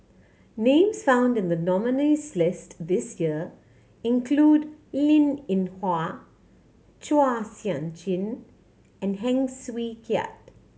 names found in the nominees' list this year include Linn In Hua Chua Sian Chin and Heng Swee Keat